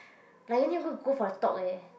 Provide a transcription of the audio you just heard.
like you need to go go for a talk eh